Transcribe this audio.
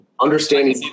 Understanding